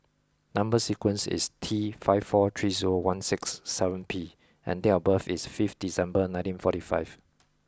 number sequence is T five four three zero one six seven P and date of birth is fifth December nineteen forty five